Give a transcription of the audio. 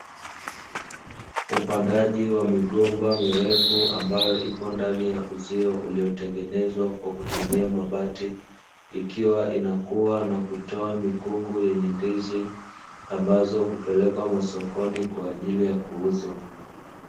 Upandaji wa migomba mirefu ambayo ipo ndani ya uzio uliotengenezwa kwa kwa kutumia mabati, ikiwa inakua na kutoa mikungu yenye ndizi ambazo hupelekwa masokoni kwa ajili ya kuuzwa.